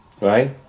right